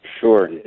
Sure